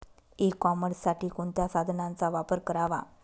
E कॉमर्ससाठी कोणत्या साधनांचा वापर करावा?